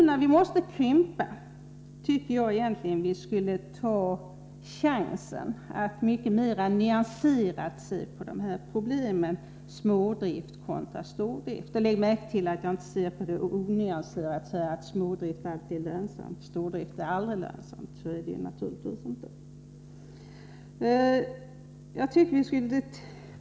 När vi nu måste krympa, borde vi ta chansen att se mera nyanserat på dessa problem och på frågan smådrift kontra stordrift. Lägg märke till att jag inte ser onyanserat på detta och säger att smådrift alltid är lönsamt och stordrift aldrig är lönsamt — så är det naturligtvis inte.